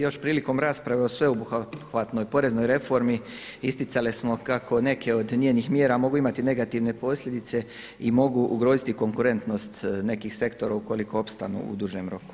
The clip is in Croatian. Još prilikom rasprave o sveobuhvatnoj poreznoj reformi isticali smo kako neke od njenih mjera mogu imati negativne posljedice i mogu ugroziti konkurentnost nekih sektora ukoliko opstanu u dužem roku.